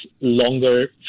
longer